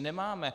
Nemáme.